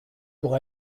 pour